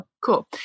cool